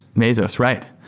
mesos. right.